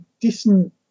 decent